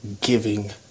giving